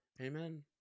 Amen